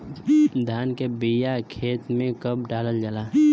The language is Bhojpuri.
धान के बिया खेत में कब डालल जाला?